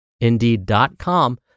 indeed.com